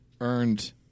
earned